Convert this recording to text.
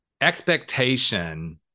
expectation